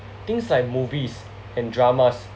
things like movies and dramas